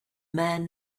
man